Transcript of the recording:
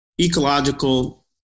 ecological